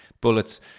bullets